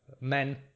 men